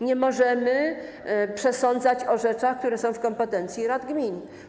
Nie możemy przesądzać o rzeczach, które są w kompetencji rad gmin.